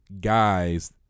guys